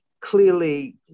clearly